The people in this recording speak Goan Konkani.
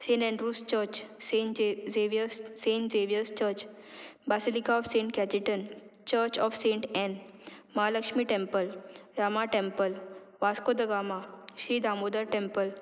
Saint Andrew's church Saint J Xavier's Saint Xavier's church basilica of Saint Cajetan church of Saint Ann Mahalakshmi temple Rama temple Vasco da Gama Shri Damodar temple